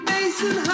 Mason